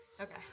Okay